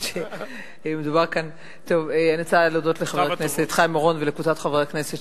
אני רוצה להודות לחבר הכנסת חיים אורון ולקבוצת חברי הכנסת